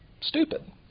stupid